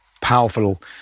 powerful